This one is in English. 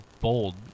bold